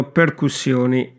percussioni